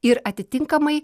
ir atitinkamai